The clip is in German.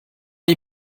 die